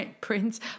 Prince